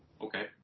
okay